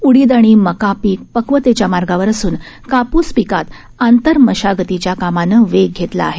उडीद आणि मका पीक पक्वतेच्या मार्गावर असून कापूस पिकात आंतर मशागतीच्या कामानं वेग घेतला आहे